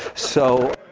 so